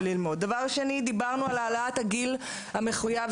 דבר שני, דיברנו על העלאת הגיל המחויב.